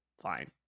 fine